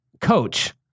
coach